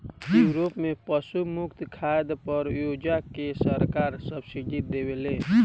Europe में पशु मुक्त खाद पर ओजा के सरकार सब्सिडी देवेले